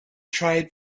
tried